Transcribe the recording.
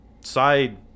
Side